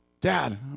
dad